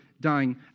dying